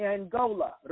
Angola